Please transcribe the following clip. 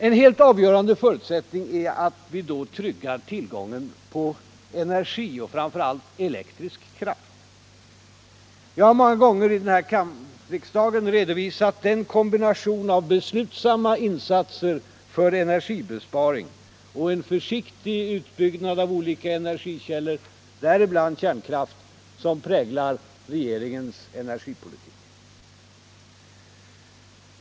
En helt avgörande förutsättning är då att vi tryggar tillgången på energi och framför allt elektrisk kraft. Jag har många gånger i riksdagen redovisat den kombination av beslutsamma insatser för energibesparing och försiktig utbyggnad av olika energikällor, däribland kärnkraft, som präglar regeringens energipolitik.